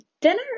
dinner